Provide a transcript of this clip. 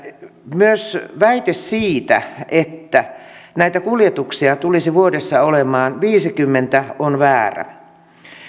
myös väite siitä että näitä kuljetuksia tulisi vuodessa olemaan viisikymmentä on väärä